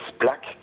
black